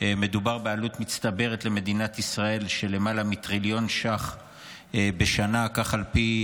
מדובר בעלות מצטברת של למעלה מטריליון שקלים בשנה למדינת ישראל,